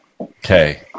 Okay